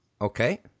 Okay